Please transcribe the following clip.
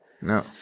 No